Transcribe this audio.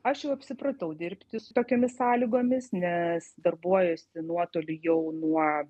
aš jau apsipratau dirbti su tokiomis sąlygomis nes darbuojuosi nuotoliu jau nuo